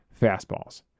fastballs